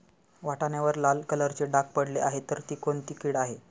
वाटाण्यावर लाल कलरचे डाग पडले आहे तर ती कोणती कीड आहे?